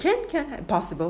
can can possible